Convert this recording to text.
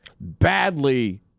badly